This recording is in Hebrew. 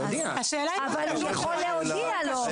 אבל הוא יכול להודיע לו.